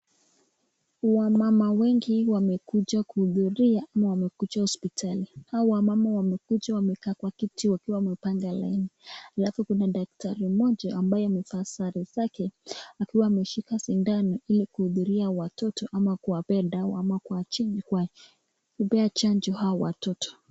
Wamama wengi wamekuja kuhudhuria ama wamekuja hosipitali. Hawa wamama wamekuja wamekaa kwa kiti wakiwa wamepanga laini. Alafu kuna daktari mmoja ambaye amevaa sare zake akiwa ameshika sindano ili kuhudhuria watoto ama kuwapea dawa ama kuwapea chanjo hawa watoto.